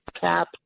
cap